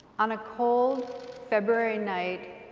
on a cold february night,